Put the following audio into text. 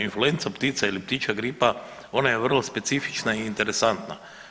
Influenca ptica ili ptičja gripa, ona je vrlo specifična i interesantna.